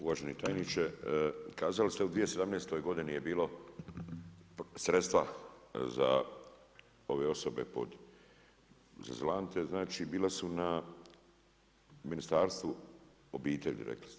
Uvaženi tajniče, kazali ste u 2017. godini je bilo sredstva za ove osobe azilante znači bila su na Ministarstvu obitelji rekli ste.